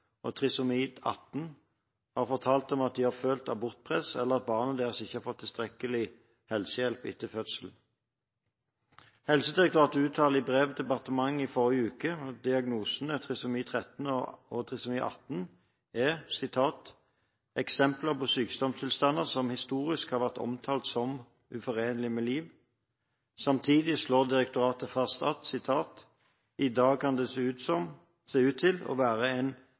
trisomi 18, har fortalt om at de har følt abortpress, eller at barnet deres ikke har fått tilstrekkelig helsehjelp etter fødselen. Helsedirektoratet uttalte i brev til departementet i forrige uke at diagnosene trisomi 13 og trisomi 18 er «eksempler på sykdomstilstander som historisk har vært omtalt som «uforenelig med liv».» Samtidig slår direktoratet fast at «idag kan det se ut til å være en